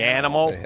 animal